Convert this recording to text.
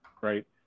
right